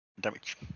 damage